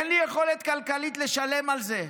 ליטל, האם: אין לי יכולת כלכלית לשלם על זה,